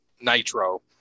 Nitro